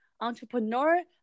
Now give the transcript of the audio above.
entrepreneur